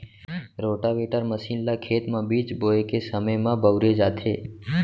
rotavator machine ल खेत म बीज बोए के समे म बउरे जाथे